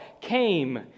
came